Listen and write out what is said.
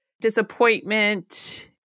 disappointment